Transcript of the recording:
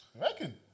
Reckon